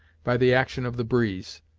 by the action of the breeze.